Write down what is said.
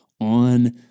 on